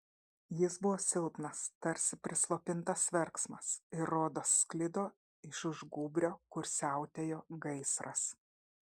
jis buvo silpnas tarsi prislopintas verksmas ir rodos sklido iš už gūbrio kur siautėjo gaisras